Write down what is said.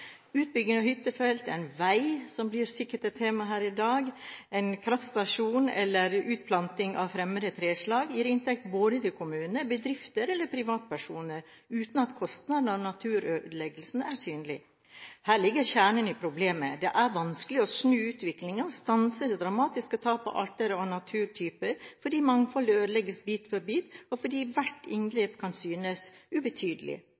Utbygging av hyttefelt, en vei – som sikkert blir et tema her i dag – en kraftstasjon eller utplanting av fremmede treslag gir inntekter til både kommuner, bedrifter og privatpersoner, uten at kostnaden av naturødeleggelsene er synlig. Her ligger kjernen i problemet. Det er vanskelig å snu utviklingen og stanse det dramatiske tapet av arter og naturtyper, fordi mangfoldet ødelegges bit for bit, og fordi hvert inngrep kan synes ubetydelig.